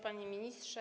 Panie Ministrze!